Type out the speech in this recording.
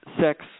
Sex